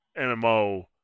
MMO